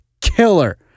Killer